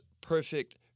perfect